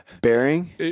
bearing